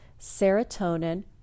serotonin